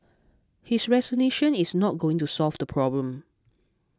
his resignation is not going to solve the problem